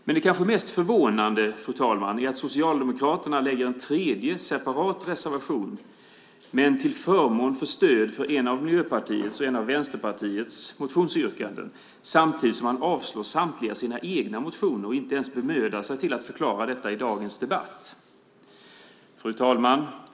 Men det kanske mest förvånande, fru talman, är att Socialdemokraterna lägger en tredje, separat reservation till förmån för stöd för ett av Miljöpartiets och ett av Vänsterpartiets motionsyrkanden samtidigt som man avslår samtliga sina egna motioner och inte ens bemödar sig om att förklara detta i dagens debatt. Fru talman!